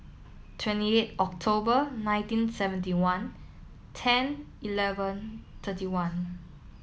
twenty eight October nineteen seventy one ten eleven thirty one